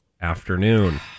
afternoon